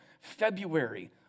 February